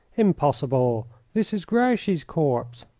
impossible this is grouchy's corps.